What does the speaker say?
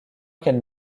qu’elle